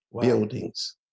buildings